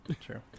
true